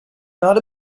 not